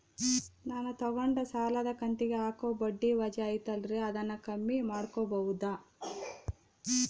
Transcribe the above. ನಾನು ತಗೊಂಡ ಸಾಲದ ಕಂತಿಗೆ ಹಾಕೋ ಬಡ್ಡಿ ವಜಾ ಐತಲ್ರಿ ಅದನ್ನ ಕಮ್ಮಿ ಮಾಡಕೋಬಹುದಾ?